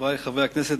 חברי חברי הכנסת,